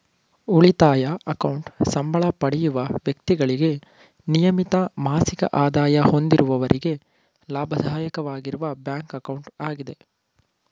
ಉಳಿತಾಯ ಅಕೌಂಟ್ ಸಂಬಳ ಪಡೆಯುವ ವ್ಯಕ್ತಿಗಳಿಗೆ ನಿಯಮಿತ ಮಾಸಿಕ ಆದಾಯ ಹೊಂದಿರುವವರಿಗೆ ಲಾಭದಾಯಕವಾಗಿರುವ ಬ್ಯಾಂಕ್ ಅಕೌಂಟ್ ಆಗಿದೆ